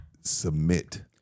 Submit